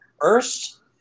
first